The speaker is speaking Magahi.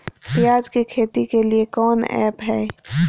प्याज के खेती के लिए कौन ऐप हाय?